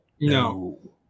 no